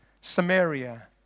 Samaria